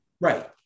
right